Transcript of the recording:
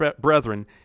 brethren